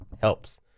helps